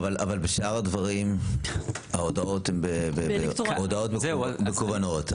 אבל בשאר הדברים ההודעות הן הודעות מקוונות,